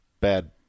bad